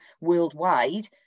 worldwide